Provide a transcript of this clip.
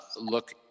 look